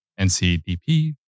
NCDP